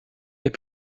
est